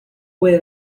puede